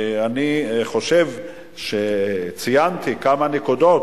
אני חושב שציינתי כמה נקודות,